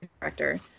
director